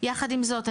יחד עם זאת,